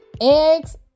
eggs